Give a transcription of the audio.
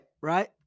right